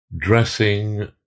dressing